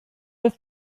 oedd